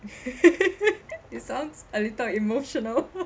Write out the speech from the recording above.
it sounds a little emotional